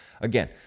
again